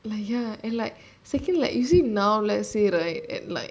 like ya and like second like you see now let's say right at like